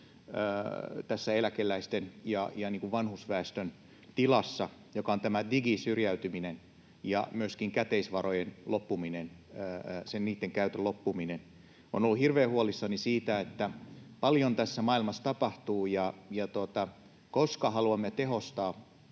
tässä eläkeläisten ja vanhusväestön tilassa, ja se on tämä digisyrjäytyminen ja myöskin käteisvarojen käytön loppuminen. Olen ollut hirveän huolissani siitä, että paljon tässä maailmassa tapahtuu, ja koska haluamme tehostaa